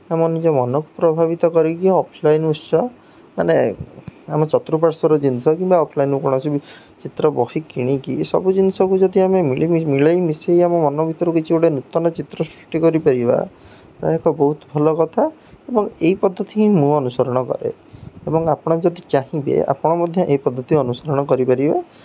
ଆମ ନିଜ ମନକୁ ପ୍ରଭାବିତ କରିକି ଅଫ୍ଲାଇନ୍ ଉତ୍ସ ମାନେ ଆମ ଚତୁର୍ପାଶ୍ୱର ଜିନିଷ କିମ୍ବା ଅଫ୍ଲାଇନ୍ରୁ କୌଣସି ବି ଚିତ୍ର ବହି କିଣିକି ସବୁ ଜିନିଷକୁ ଯଦି ଆମେ ମିଳି ମିଳାଇ ମିଶାଇ ଆମ ମନ ଭିତରୁ କିଛି ଗୋଟେ ନୂତନ ଚିତ୍ର ସୃଷ୍ଟି କରିପାରିବା ତାହା ଏକ ବହୁତ ଭଲ କଥା ଏବଂ ଏହି ପଦ୍ଧତି ହିଁ ମୁଁ ଅନୁସରଣ କରେ ଏବଂ ଆପଣ ଯଦି ଚାହିଁବେ ଆପଣ ମଧ୍ୟ ଏ ପଦ୍ଧତି ଅନୁସରଣ କରିପାରିବେ